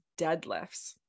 deadlifts